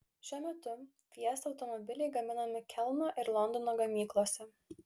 šiuo metu fiesta automobiliai gaminami kelno ir londono gamyklose